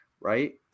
right